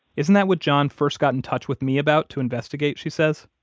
isn't that what john first got in touch with me about to investigate, she says,